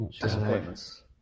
Disappointments